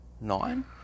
nine